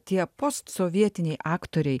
tie postsovietiniai aktoriai